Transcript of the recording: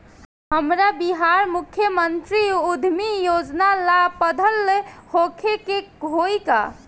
हमरा बिहार मुख्यमंत्री उद्यमी योजना ला पढ़ल होखे के होई का?